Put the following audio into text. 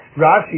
Rashi